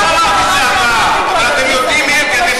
לא אמרתי שזה אתה, אבל אתם יודעים מי הם.